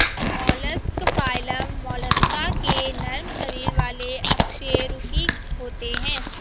mollusc phylum Mollusca के नरम शरीर वाले अकशेरुकी होते हैं